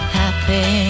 happy